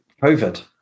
COVID